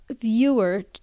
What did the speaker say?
viewer